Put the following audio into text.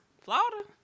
Florida